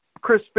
Chris